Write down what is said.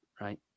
right